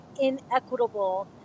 inequitable